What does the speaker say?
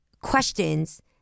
questions